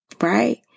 Right